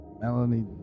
Melanie